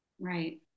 Right